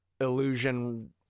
illusion